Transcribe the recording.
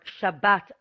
Shabbat